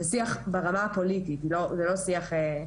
השיח הזה הוא ברמה הפוליטית, זה לא שיח.